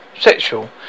sexual